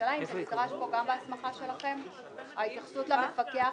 השאלה אם ההתייחסות למפקח